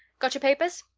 got your papers?